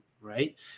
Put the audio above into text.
right